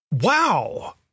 Wow